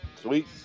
Sweet